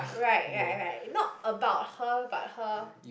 right right right not about her but her